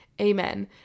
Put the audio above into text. Amen